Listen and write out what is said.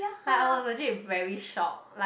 I was legit very shock like